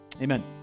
amen